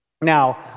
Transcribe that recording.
Now